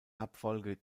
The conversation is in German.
abfolge